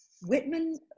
Whitman